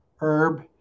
herb